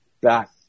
back